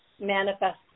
manifest